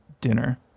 dinner